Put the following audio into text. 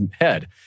head